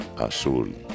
azul